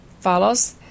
follows